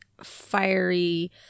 fiery